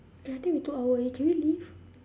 eh I think we two hours already can we leave